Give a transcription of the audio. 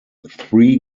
three